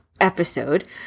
episode